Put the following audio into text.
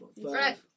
Right